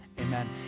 Amen